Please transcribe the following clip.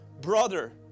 brother